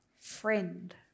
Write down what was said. Friend